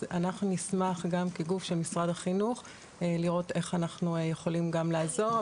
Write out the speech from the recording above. אז אנחנו נשמח גם כגוף של משרד החינוך לראות איך אנחנו יכולים גם לעזור.